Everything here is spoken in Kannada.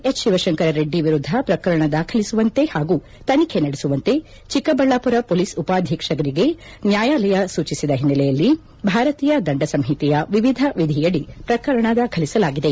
ಹೆಚ್ ಶಿವಶಂಕರರೆಡ್ಡಿ ವಿರುದ್ದ ಪ್ರಕರಣ ದಾಖಲಿಸುವಂತೆ ಹಾಗೂ ತನಿಖೆ ನಡೆಸುವಂತೆ ಚಿಕ್ಕಬಳ್ಳಾಮರ ಮೊಲೀಸ್ ಉಪಾಧೀಕ್ಷರಿಗೆ ನ್ಯಾಯಾಲಯ ಸೂಚಿಸಿದ ಹಿನ್ನೆಲೆಯಲ್ಲಿ ಭಾರತೀಯ ದಂಡ ಸಂಹಿತೆಯ ವಿವಿಧ ವಿಧಿಯಡಿ ಪ್ರಕರಣ ದಾಖಲಿಸಲಾಗಿದೆ